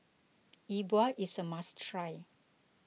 E Bua is a must try